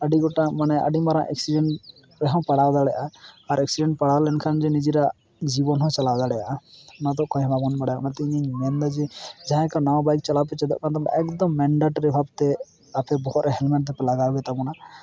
ᱟᱹᱰᱤ ᱜᱚᱴᱟᱝ ᱢᱟᱱᱮ ᱟᱹᱰᱤ ᱜᱚᱴᱟᱝ ᱢᱟᱨᱟᱝ ᱮᱠᱥᱤᱰᱮᱸᱴ ᱨᱮᱦᱚᱸ ᱯᱟᱲᱟᱣ ᱫᱟᱲᱮᱜᱼᱟ ᱟᱨ ᱮᱠᱥᱤᱰᱮᱸᱴ ᱯᱟᱲᱟᱣ ᱞᱮᱱᱠᱷᱟᱱ ᱜᱮ ᱱᱤᱡᱮᱨᱟᱜ ᱡᱤᱵᱚᱱᱦᱚᱸ ᱪᱟᱞᱟᱣ ᱫᱟᱲᱮᱭᱟᱜᱼᱟ ᱚᱱᱟᱫᱚ ᱚᱠᱚᱭ ᱦᱚᱸ ᱵᱟᱵᱚᱱ ᱵᱟᱲᱟᱭᱟ ᱚᱱᱟᱛᱮ ᱤᱧᱤᱧ ᱢᱮᱱᱫᱟ ᱡᱮ ᱡᱟᱦᱟᱸᱭ ᱠᱚ ᱱᱟᱣᱟ ᱵᱟᱹᱭᱤᱠ ᱪᱟᱞᱟᱣ ᱯᱮ ᱪᱮᱫᱚᱜ ᱠᱟᱱᱟ ᱮᱠᱫᱚᱢ ᱢᱮᱱᱰᱮᱴᱟᱨᱤ ᱵᱷᱟᱵᱮᱛᱮ ᱟᱯᱮ ᱵᱚᱦᱚᱜ ᱨᱮ ᱦᱮᱞᱢᱮᱴ ᱫᱚᱯᱮ ᱞᱟᱜᱟᱣ ᱜᱮᱛᱟᱵᱚᱱᱟ